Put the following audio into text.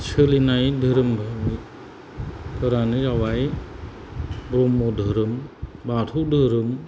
सोलिनाय धोरोमफोर फोरानो जाबाय ब्रह्म धोरोम बाथौ धोरोम